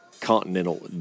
continental